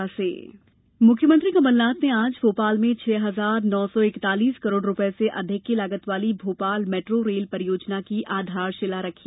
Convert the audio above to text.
metro शिलान्यास मुख्यमंत्री कमलनाथ ने आज भोपाल में छः हजार नौ सौ इकतालीस करोड़ रूपये से अधिक की लागत वाली भोपाल मेट्रो रेल परियोजना की आधारशिला रखी